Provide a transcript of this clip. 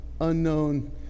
unknown